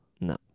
No